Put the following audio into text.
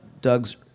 Doug's